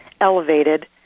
elevated